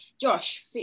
Josh